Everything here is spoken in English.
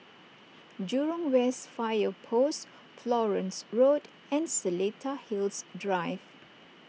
Jurong West Fire Post Florence Road and Seletar Hills Drive